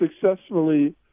successfully